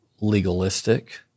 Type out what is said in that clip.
legalistic